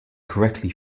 correctly